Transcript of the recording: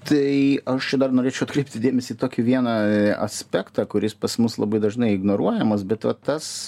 tai aš čia dar norėčiau atkreipti dėmesį į tokį vieną aspektą kuris pas mus labai dažnai ignoruojamas be vat tas